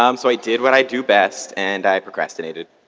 um so i did what i do best and i procrastinated.